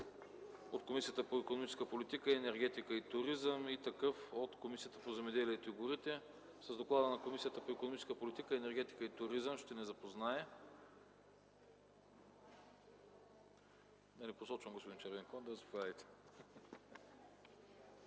от Комисията по икономическата политика, енергетика и туризъм и такъв от Комисията по земеделието и горите. С доклада на Комисията по икономическата политика, енергетика и туризъм ще ни запознае господин Червенкондев. Заповядайте.